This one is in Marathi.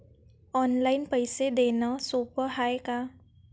ऑनलाईन पैसे देण सोप हाय का?